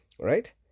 right